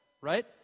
right